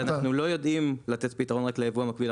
אנחנו לא יודעים לתת פתרון רק ליבוא המקביל,